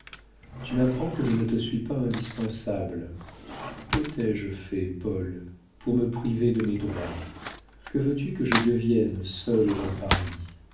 tu m'apprends que je ne te suis pas indispensable que t'ai-je fait paul pour me priver de mes droits que veux-tu que je devienne seule dans paris